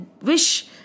wish